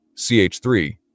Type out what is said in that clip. CH3